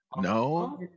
No